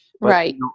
Right